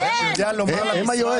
חבר'ה,